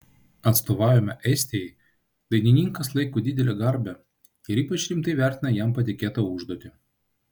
atstovavimą estijai dainininkas laiko didele garbe ir ypač rimtai vertina jam patikėtą užduotį